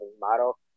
model